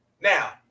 Now